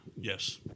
Yes